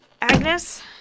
Agnes